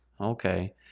Okay